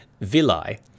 villi